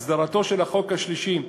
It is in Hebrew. הסדרתו של החוק השלישי,